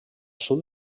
sud